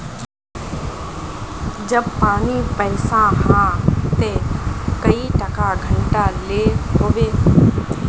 जब पानी पैसा हाँ ते कई टका घंटा लो होबे?